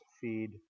feed